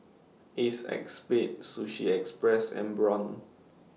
Ace X Spade Sushi Express and Braun